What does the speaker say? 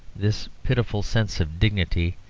this pitiful sense of dignity,